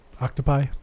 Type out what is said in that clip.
Octopi